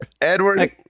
Edward